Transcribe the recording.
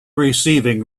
receiving